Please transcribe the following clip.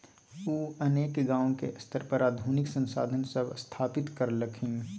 उ अनेक गांव के स्तर पर आधुनिक संसाधन सब स्थापित करलखिन